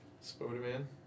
Spider-Man